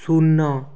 ଶୂନ